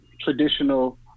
traditional